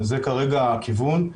זה כרגע הכיוון.